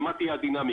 ומה תהיה הדינמיקה.